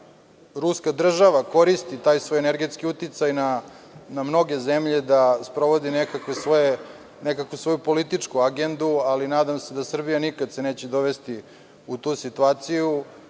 ruska država koristi taj svoj energetski uticaj na mnoge zemlje, da sprovode nekakvu svoju političku agendu, ali se nadam da Srbija nikada neće doći u tu situaciju. Mislim